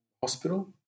hospital